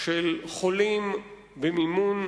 של חולים, שמונעת